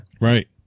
Right